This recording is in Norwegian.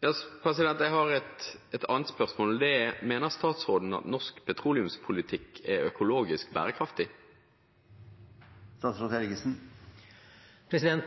Jeg har et annet spørsmål, og det er: Mener statsråden at norsk petroleumspolitikk er økologisk bærekraftig?